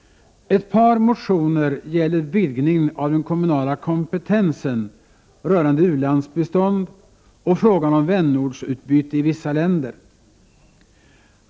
Ett par motioner gäller vidgning av den kommunala kompetensen rörande u-landsbistånd och frågan om vänortsutbyte i vissa länder.